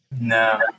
No